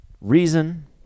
reason